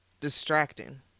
distracting